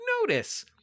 notice